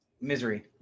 Misery